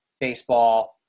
baseball